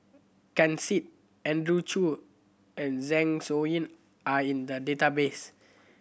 Ken Seet Andrew Chew and Zeng Shouyin are in the database